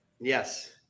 Yes